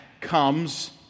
comes